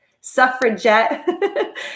suffragette